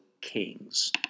kings